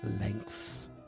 lengths